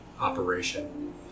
operation